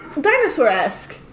Dinosaur-esque